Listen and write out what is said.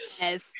Yes